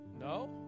No